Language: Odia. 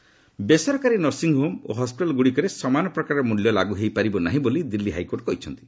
କୋର୍ଟ ହେଲ୍ଥ ଫିଜ୍ ବେସରକାରୀ ନର୍ସିଂ ହୋମ୍ ଓ ହସ୍କିଟାଲ୍ଗୁଡ଼ିକରେ ସମାନ ପ୍ରକାର ମୂଲ୍ୟ ଲାଗୁ ହୋଇପାରିବ ନାହିଁ ବୋଲି ଦିଲ୍ଲୀ ହାଇକୋର୍ଟ କହିଛନ୍ତି